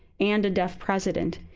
and a deaf president.